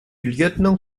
lieutenant